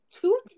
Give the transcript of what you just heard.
Two